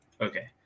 Okay